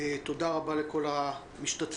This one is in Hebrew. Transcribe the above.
תודה לכל המשתתפים.